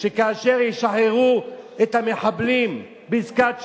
שכאשר ישחררו את המחבלים בעסקת שליט,